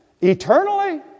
eternally